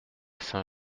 saint